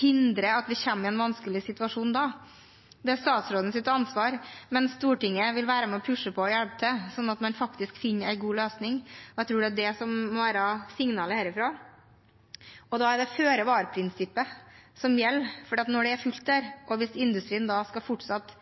hindre at vi kommer i en vanskelig situasjon? Det er statsrådens ansvar, men Stortinget vil være med og pushe på og hjelpe til, slik at man finner en god løsning. Jeg tror det er det som må være signalet herfra, og da er det føre-var-prinsippet som gjelder, for når det er fullt der, og hvis industrien fortsatt skal